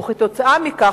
וכתוצאה מכך,